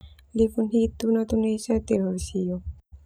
Lifun hitu natun esa telu hulu sio.